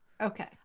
Okay